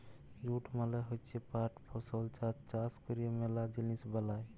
jute মালে হচ্যে পাট ফসল যার চাষ ক্যরে ম্যালা জিলিস বালাই